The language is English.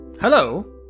hello